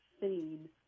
seen